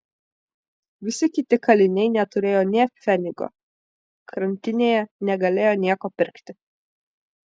visi kiti kaliniai neturėjo nė pfenigo kantinėje negalėjo nieko pirkti